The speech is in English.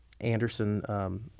Anderson –